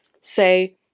say